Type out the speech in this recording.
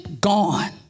gone